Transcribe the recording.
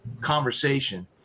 conversation